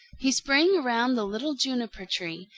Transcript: he sprang around the little juniper-tree,